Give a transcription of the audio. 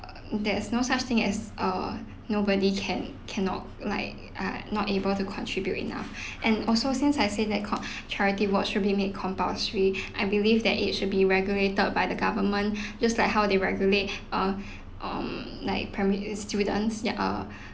uh there is no such thing as uh nobody can cannot like uh not able to contribute enough and also since I said that con~ uh charity work should be made compulsory I believe that it should be regulated by the government just like how they regulate uh um like primary students that uh